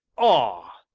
ah!